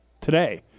today